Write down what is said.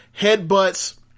headbutts